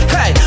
Hey